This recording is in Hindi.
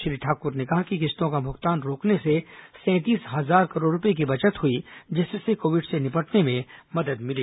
श्री ठाक्र ने कहा कि किस्तों का भुगतान रोकने से सैंतीस हजार करोड़ रूपये की बचत हुई जिससे कोविड से निपटने में मदद मिली